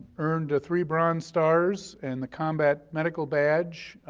earned a three bronze stars and the combat medical badge.